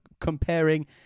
comparing